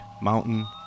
Mountain